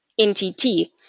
NTT